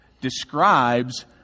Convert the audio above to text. describes